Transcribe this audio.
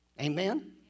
Amen